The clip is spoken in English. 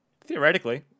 theoretically